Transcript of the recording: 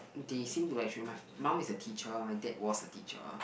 they seem to actually my mum is a teacher my dad was a teacher